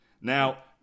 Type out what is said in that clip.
Now